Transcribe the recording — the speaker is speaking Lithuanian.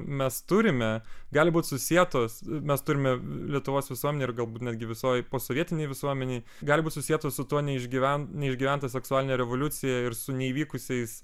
mes turime gali būt susietos mes turime lietuvos visuomenę ir galbūt netgi visoj posovietinėj visuomenėj gali būt susieta su tuo neišgyven neišgyventa seksualine revoliucija ir su neįvykusiais